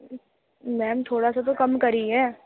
میم تھوڑا سا تو کم کریے